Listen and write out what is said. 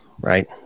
right